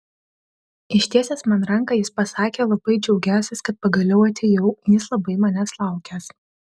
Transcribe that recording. ištiesęs man ranką jis pasakė labai džiaugiąsis kad pagaliau atėjau jis labai manęs laukęs